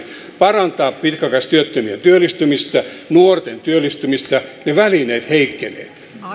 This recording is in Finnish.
parantaa pitkäaikaistyöttömien työllistymistä nuorten työllistymistä heikkenevät